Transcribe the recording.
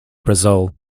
brazil